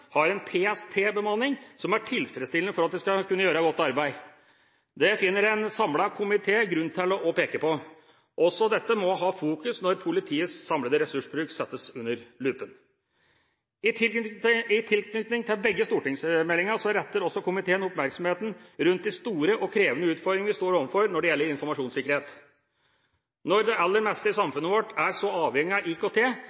har en PST-bemanning som er tilfredsstillende for å kunne gjøre et godt arbeid. Dette finner en samlet komité grunn til å peke på. Også dette må ha fokus når politiets samlede ressursbruk settes under lupen. I tilknytning til begge stortingsmeldingene retter også komiteen oppmerksomheten rundt de store og krevende utfordringene vi står overfor når det gjelder informasjonssikkerhet. Når det aller meste i